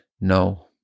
No